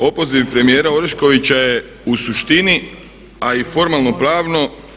Dakle opoziv premijera Oreškovića je u suštini, a i formalno-pravno